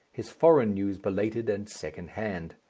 his foreign news belated and second hand.